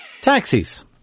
taxis